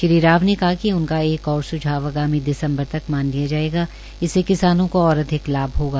श्रीराव ने कहा कि उनका एक ओर स्झाव आगामी दिसम्बर तक मान लिया जायेगा इससे किसानों की ओर अधिक लाभ होगा